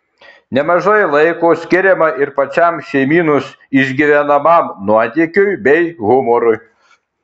nemažai laiko skiriama ir pačiam šeimynos išgyvenamam nuotykiui bei humorui